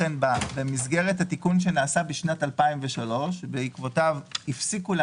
בעקבות התיקון שנעשה בשנת 2003 הפחיתו את ההנפקה